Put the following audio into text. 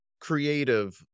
creative